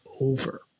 over